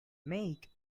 make